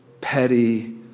petty